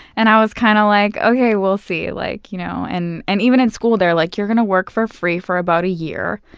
and i was kinda kind of like, okay, we'll see. like you know and and even in school, they're like, you're gonna work for free for about a year,